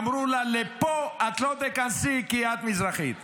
אמרו לה: לפה את לא תיכנסי כי את מזרחית.